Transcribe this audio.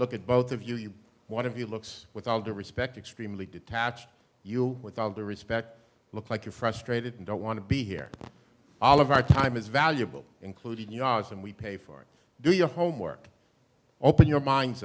look at both of you you want to be looks with all due respect extremely detached you with all due respect look like you're frustrated and don't want to be here all of our time is valuable including yours and we pay for it do your homework open your minds